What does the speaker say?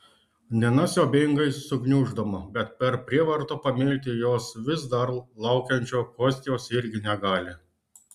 nina siaubingai sugniuždoma bet per prievartą pamilti jos vis dar laukiančio kostios irgi negali